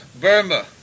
Burma